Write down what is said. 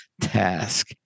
task